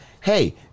Hey